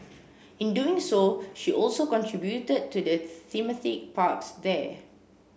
in doing so she also contributed to the thematic parks there